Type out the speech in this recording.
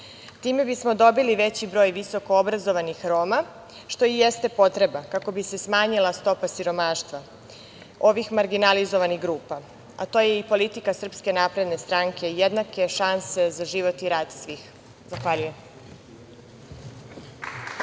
2%.Time bismo dobili veći broj visokoobrazovanih Roma, što i jeste potreba, kako bi se smanjila stopa siromaštva ovih marginalizovanih grupa, a to je i politika SNS – jednake šanse za život i rad svih. Zahvaljujem.